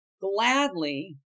gladly